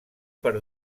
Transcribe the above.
per